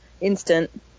Instant